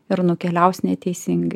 ir nukeliaus neteisingai